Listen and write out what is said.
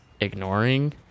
ignoring